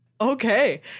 Okay